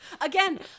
Again